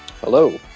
hello